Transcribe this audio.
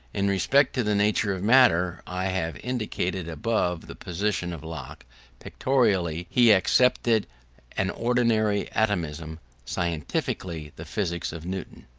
in respect to the nature of matter, i have indicated above the position of locke pictorially he accepted an ordinary atomism scientifically, the physics of newton.